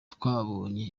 twabonye